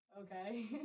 Okay